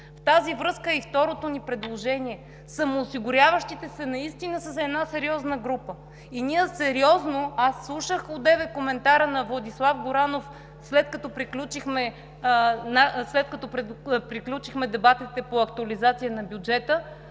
В тази връзка е и второто ни предложение, самоосигуряващите се наистина са една сериозна група. Аз слушах одеве коментара на Владислав Горанов, след като приключихме дебатите по актуализацията на бюджета,